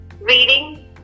Reading